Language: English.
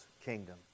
kingdom